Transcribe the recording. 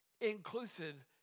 inclusive